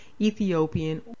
Ethiopian